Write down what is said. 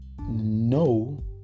no